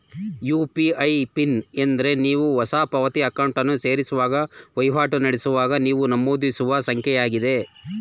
UPI PIN ಎಂದ್ರೆ ನೀವು ಹೊಸ ಪಾವತಿ ಅಕೌಂಟನ್ನು ಸೇರಿಸುವಾಗ ವಹಿವಾಟು ನಡೆಸುವಾಗ ನೀವು ನಮೂದಿಸುವ ಸಂಖ್ಯೆಯಾಗಿದೆ